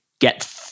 get